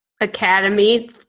academy